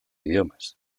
idiomas